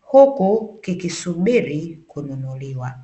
huku kikisubiri kununuliwa.